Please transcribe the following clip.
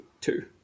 two